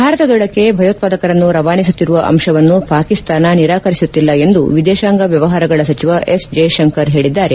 ಭಾರತದೊಳಕ್ಕೆ ಭಯೋತ್ವಾದಕರನ್ನು ರವಾನಿಸುತ್ತಿರುವ ಅಂಶವನ್ನು ಪಾಕಿಸ್ತಾನ ನಿರಾಕರಿಸುತ್ತಿಲ್ಲ ಎಂದು ವಿದೇಶಾಂಗ ವ್ಲವಹಾರಗಳ ಸಚಿವ ಎಸ್ ಜೈಶಂಕರ್ ಹೇಳಿದ್ದಾರೆ